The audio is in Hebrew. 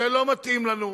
זה לא מתאים לנו.